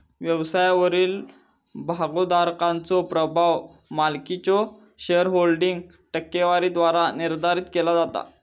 व्यवसायावरील भागोधारकाचो प्रभाव मालकीच्यो शेअरहोल्डिंग टक्केवारीद्वारा निर्धारित केला जाता